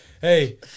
hey